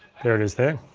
there it is there.